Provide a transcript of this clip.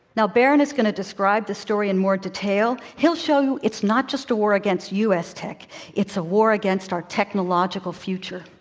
now, berin is going to describe the story in more detail. he'll show you it's not just a war against u. s. tech it's a war against our technological future.